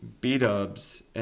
B-dubs